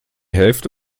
hälfte